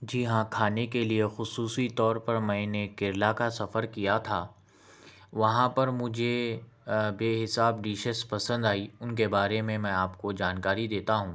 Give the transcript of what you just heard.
جی ہاں کھانے کے لئے خصوی طور پر میں نے کیرلہ کا سفر کیا تھا وہاں پر مجھے آ بے حساب ڈیشس پسند آئی اُن کے بارے میں میں آپ کو جانکاری دیتا ہوں